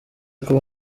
kuba